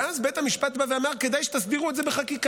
ואז בית המשפט בא ואמר: כדאי שתסדירו את זה בחקיקה.